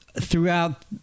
throughout